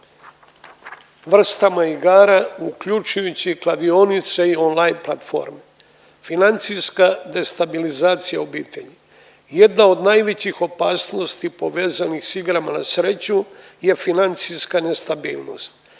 vrstama igara uključujući i kladionice i on-line platforme. Financijska destabilizacija obitelji jedna od najvećih opasnosti povezanih sa igrama na sreću je financijska nestabilnost.